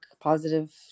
positive